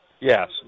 Yes